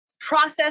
process